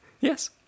Yes